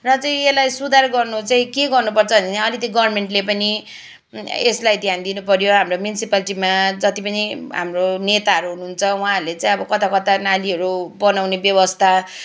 र चाहिँ यसलाई सुधार गर्नु चाहिँ के गर्नुपर्छ भने अलिकति गभर्मेन्टले पनि यसलाई ध्यान दिनुपऱ्यो हाम्रो म्युनिसिपालिटीमा जति पनि हाम्रो नेताहरू हुनुहुन्छ उहाँहरूले चाहिँ अब कताकता नालीहरू बनाउने व्यवस्था